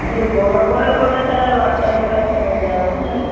একটু বড়ো করে করলে তাহলে বাচ্চাদের কাছ থেকে নিতে হবে বুঝলে